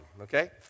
okay